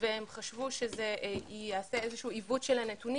והם חשבו שזה יעשה איזשהו עיוות של הנתונים